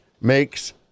makes